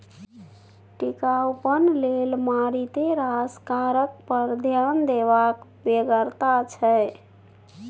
टिकाउपन लेल मारिते रास कारक पर ध्यान देबाक बेगरता छै